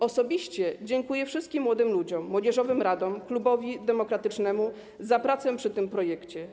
Osobiście dziękuję wszystkim młodym ludziom, młodzieżowym radom, Klubowi Demokratycznemu za pracę nad tym projektem.